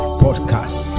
podcast